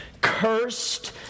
Cursed